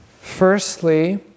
Firstly